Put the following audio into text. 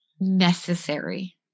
necessary